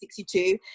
1962